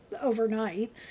overnight